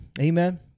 Amen